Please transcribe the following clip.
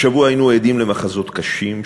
השבוע היינו עדים למחזות קשים,